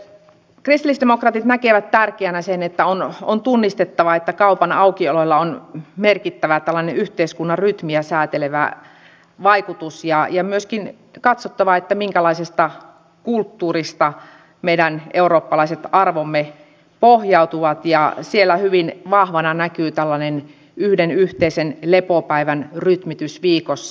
kristillisdemokraatit näkevät tärkeänä sen että on tunnistettava että kaupan aukiololla on merkittävä tällainen yhteiskunnan rytmiä säätelevä vaikutus ja myöskin katsottava minkälaiseen kulttuuriin meidän eurooppalaiset arvomme pohjautuvat ja siellä hyvin vahvana näkyy tällainen yhden yhteisen lepopäivän rytmitys viikossa